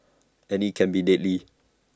and IT can be deadly